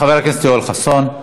חבר הכנסת יואל חסון.